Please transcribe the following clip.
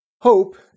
Hope